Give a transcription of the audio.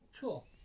Cool